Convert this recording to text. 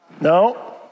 No